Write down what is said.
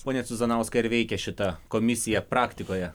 pone cuzanauskai ar veikia šita komisija praktikoje